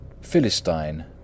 Philistine